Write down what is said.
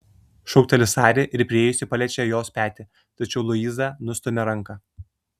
šūkteli sari ir priėjusi paliečia jos petį tačiau luiza nustumia ranką